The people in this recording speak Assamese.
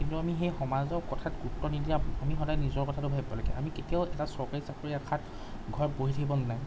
কিন্তু আমি সেই সমাজৰ কথাত গুৰুত্ব নিদি আমি সদায় নিজৰ কথাটো ভাবিব লাগে আমি কেতিয়াও এটা চৰকাৰী চাকৰিৰ আশাত ঘৰত বহি থাকিব নালাগে